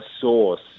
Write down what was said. source